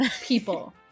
people